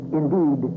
indeed